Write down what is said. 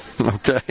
Okay